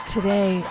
Today